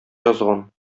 язган